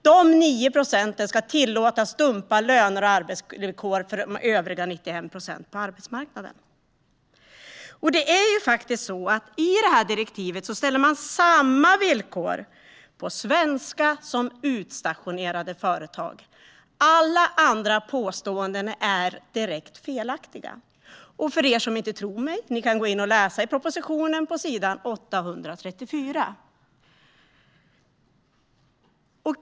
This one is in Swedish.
De 9 procenten ska tillåtas dumpa löner och arbetsvillkor för de övriga 91 procenten på arbetsmarknaden. I det här direktivet ställer man samma krav på svenska som på utstationerade företag. Alla andra påståenden är direkt felaktiga. Ni som inte tror mig kan gå in och läsa på s. 834 i propositionen.